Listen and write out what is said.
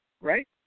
right